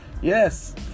Yes